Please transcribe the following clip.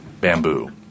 bamboo